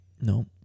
No